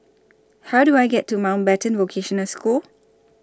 How Do I get to Mountbatten Vocational School